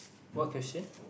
what question